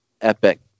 epic